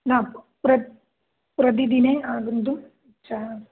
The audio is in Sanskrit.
न प्र प्रतिदिने आगन्तुं च